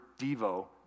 Devo